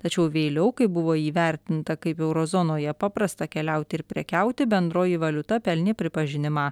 tačiau vėliau kai buvo įvertinta kaip euro zonoje paprasta keliauti ir prekiauti bendroji valiuta pelnė pripažinimą